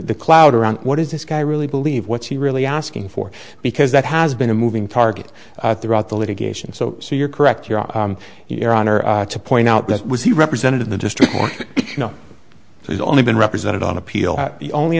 the cloud around what does this guy really believe what she really asking for because that has been a moving target throughout the litigation so so you're correct your honor to point out that was he represented in the district court he's only been represented on appeal only